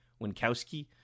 Winkowski